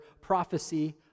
prophecy